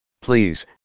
Please